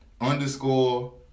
Underscore